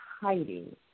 hiding